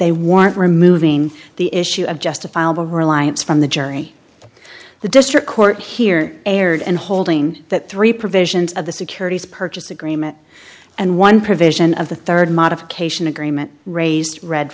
they want removing the issue of justifiable reliance from the jury the district court here erred in holding that three provisions of the securities purchase agreement and one provision of the rd modification agreement raised red